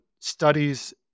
studies